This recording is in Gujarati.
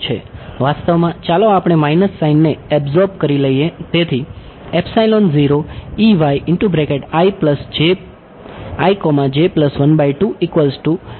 વાસ્તવમાં ચાલો આપણે માઇનસ સાઇનને એબ્સોર્બ કરી લઈએ